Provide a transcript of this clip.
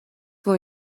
wohl